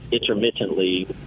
intermittently